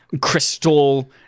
crystal